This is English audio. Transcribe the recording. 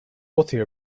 author